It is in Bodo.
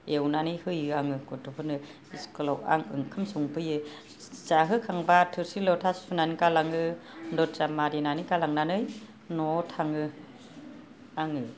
एवनानै होयो आङो गथ'फोरनो इस्कुलाव आं ओंखाम संफैयो जाहोखांबा थोरसि लथा सुनानै गालाङो दरजा मारिनानै गालांनानै न'आव थाङो आङो